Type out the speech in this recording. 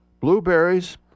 Blueberries